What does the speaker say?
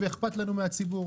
ואכפת לנו מהציבור,